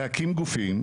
גופים,